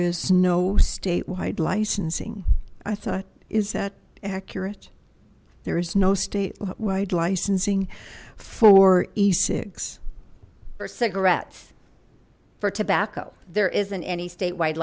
is no statewide licensing i thought is that accurate there is no statewide licensing for c cigarettes for tobacco there isn't any statewide